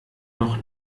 noch